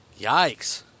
Yikes